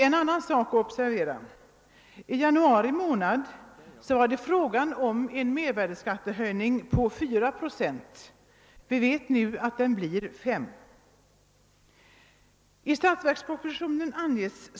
En annan sak att observera är att det i januari i år gällde en höjning av mervärdeskatten på 4 procent, men nu vet vi att den blir 5 procent.